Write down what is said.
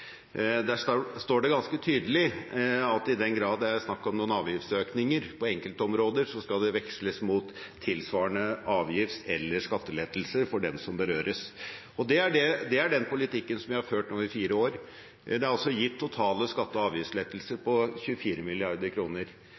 Der står det ganske tydelig at i den grad det er snakk om avgiftsøkninger på enkeltområder, skal det veksles mot tilsvarende avgifts- eller skattelettelser for dem som berøres. Det er den politikken vi har ført i fire år. Det er totalt gitt skatte- og avgiftslettelser på 24